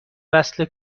وصله